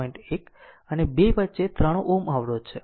1 અને 2 વચ્ચે 3 Ω અવરોધ છે